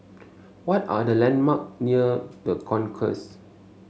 what are the landmarks near The Concourse